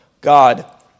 God